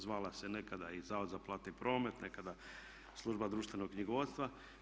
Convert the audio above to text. Zvala se nekada i zavod za platni promet, nekada služba društvenog knjigovodstva.